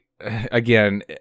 again